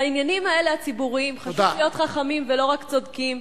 בעניינים האלה הציבוריים חשוב להיות חכמים ולא רק צודקים.